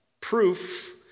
Proof